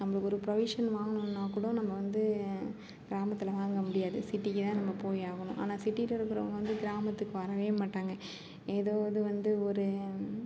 நம்பளுக்கு ஒரு ப்ரொவிஷன் வாங்குணுன்னா கூட நம்ம வந்து கிராமத்தில் வாங்க முடியாது சிட்டிக்கு தான் நம்ப போய் ஆகணும் ஆனால் சிட்டியில் இருக்கிறவங்க வந்து கிராமத்துக்கு வரவே மாட்டாங்க ஏதோ இது வந்து ஒரு